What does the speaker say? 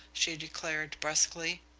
she declared brusquely.